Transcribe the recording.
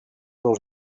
dels